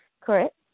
correct